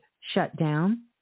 shutdown